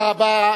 תודה רבה.